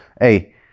Hey